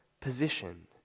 position